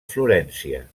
florència